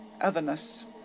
otherness